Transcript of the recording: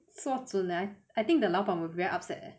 sia I think if I laugh I will be very upset leh